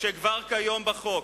שכבר כיום בחוק,